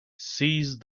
seize